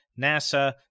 NASA